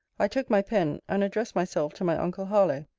i took my pen, and addressed myself to my uncle harlowe,